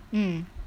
mm